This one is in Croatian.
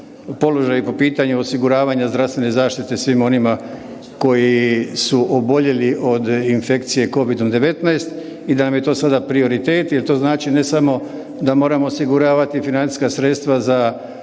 položaju po pitanju osiguravanja zdravstvene zaštite svima onima koji su oboljeli od infekcije Covidom-19 i da nam je to sada prioritet jer to znači ne samo da moramo osiguravati financijska sredstva za